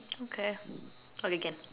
okay okay can